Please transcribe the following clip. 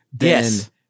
Yes